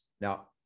now